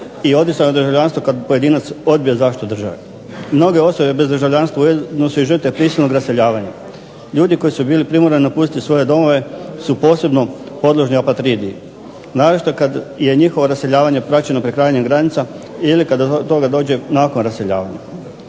od državljanstva kada pojedinac odbije zaštitu države. Mnoge osobe bez državljanstva nose žrtve prisilnog raseljavanja. Ljudi koji su bili primorani napustiti svoje domove su posebno podložni apatridiji naročito kada je njihovo raseljavanje praćeno prekrajanjem granica ili kada do toga dođe nakon raseljavanja.